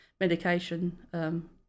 medication